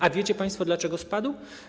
A wiecie państwo, dlaczego spadł?